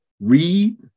Read